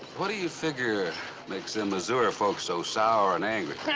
what do you figure makes them missouri folks so sour and angry?